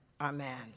Amen